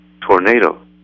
tornado